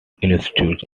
institute